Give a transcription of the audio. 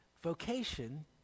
Vocation